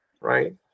Right